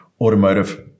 automotive